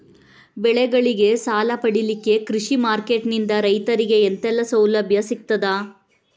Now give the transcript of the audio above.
ಬೆಳೆಗಳಿಗೆ ಸಾಲ ಪಡಿಲಿಕ್ಕೆ ಕೃಷಿ ಮಾರ್ಕೆಟ್ ನಿಂದ ರೈತರಿಗೆ ಎಂತೆಲ್ಲ ಸೌಲಭ್ಯ ಸಿಗ್ತದ?